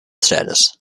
status